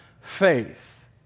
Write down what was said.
faith